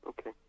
Okay